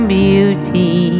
beauty